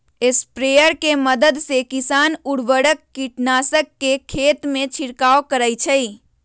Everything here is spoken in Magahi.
स्प्रेयर के मदद से किसान उर्वरक, कीटनाशक के खेतमें छिड़काव करई छई